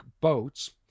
boats